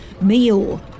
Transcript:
meal